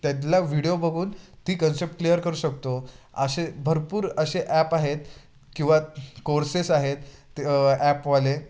त्यातला व्हिडिओ बघून ती कन्सेप्ट क्लियर करू शकतो असे भरपूर असे ॲप आहेत किंवा कोर्सेस आहेत ते ॲपवाले